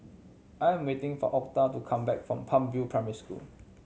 I am waiting for Octa to come back from Palm View Primary School